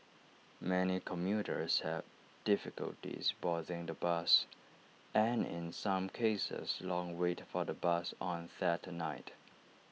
many commuters had difficulty boarding the bus and in some cases long wait for the bus on that night